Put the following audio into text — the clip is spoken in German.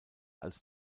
als